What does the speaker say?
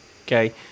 Okay